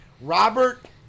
Robert